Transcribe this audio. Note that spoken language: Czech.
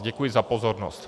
Děkuji za pozornost.